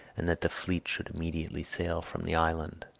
and that the fleet should immediately sail from the island.